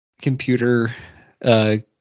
computer